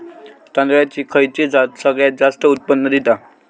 तांदळाची खयची जात सगळयात जास्त उत्पन्न दिता?